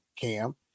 Cam